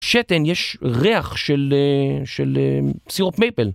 שתן, יש ריח של אה... של אה... סירופ מייפל.